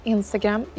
Instagram